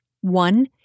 One